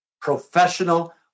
professional